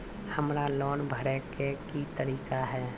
हमरा लोन भरे के की तरीका है?